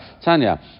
Tanya